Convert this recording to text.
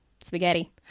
spaghetti